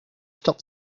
stop